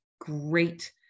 great